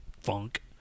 funk